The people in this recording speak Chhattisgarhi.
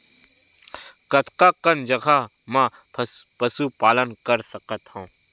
कतका कन जगह म पशु पालन कर सकत हव?